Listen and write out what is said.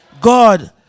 God